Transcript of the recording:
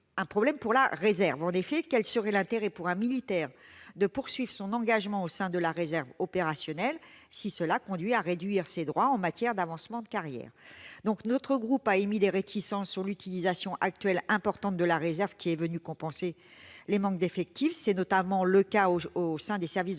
un problème pour la réserve. En effet, quel serait l'intérêt pour un militaire de poursuivre son engagement au sein de la réserve opérationnelle, si cela conduit à réduire ses droits en matière d'avancement de carrière ? Notre groupe a émis des réticences sur l'utilisation actuelle importante de la réserve, qui est venue compenser les manques d'effectifs. C'est notamment le cas au sein du service de santé